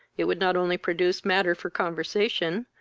it would not only produce matter for conversation,